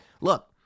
Look